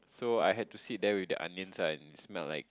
so I had to sit there with the onions and smell like